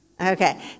Okay